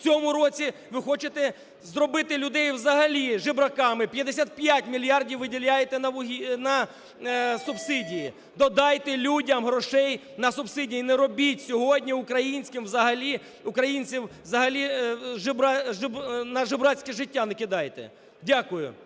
цьому році ви хочете зробити людей взагалі жебраками, 55 мільярдів виділяєте на субсидії. Додайте людям грошей на субсидії, не робіть сьогодні українців… взагалі на жебрацьке життя не кидайте. Дякую.